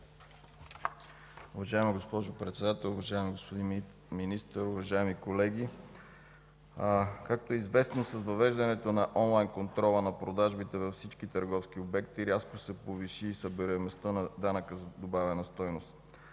Уважаема госпожо Председател, уважаеми господин Министър, уважаеми колеги! Както е известно, с въвеждането на онлайн контрола на продажбите във всички търговски обекти рязко се повиши събираемостта на данъка добавена стойност,